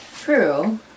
True